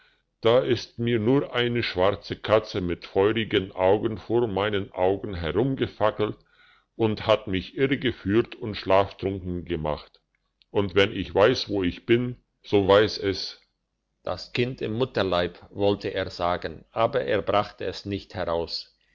da ist mir eine schwarze katze mit feurigen augen vor meinen augen herumgefackelt und hat mich irregeführt und schlaftrunken gemacht und wenn ich weiss wo ich bin so weiss es das kind im mutterleib wollte er etwa sagen aber er brachte es nicht heraus